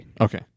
Okay